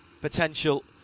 potential